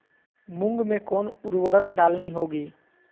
मूंग में कौन उर्वरक डालनी होगी?